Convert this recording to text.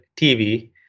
TV